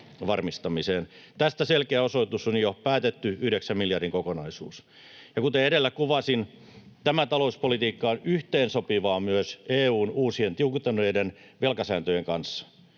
Tästä selkeä osoitus on jo päätetty yhdeksän miljardin kokonaisuus. Kuten edellä kuvasin, tämä talouspolitiikka on yhteensopivaa myös EU:n uusien tiukentuneiden velkasääntöjen kanssa.